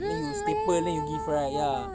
and then you staple then you give right ya